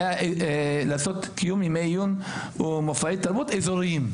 היה לעשות "קיום ימי עיון או מופעי תרבות אזוריים",